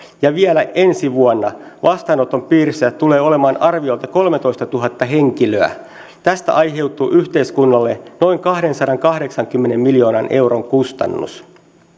ja vielä ensi vuonna vastaanoton piirissä tulee olemaan arviolta kolmetoistatuhatta henkilöä tästä aiheutuu yhteiskunnalle noin kahdensadankahdeksankymmenen miljoonan euron kustannus